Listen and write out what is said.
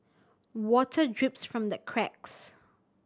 water drips from the cracks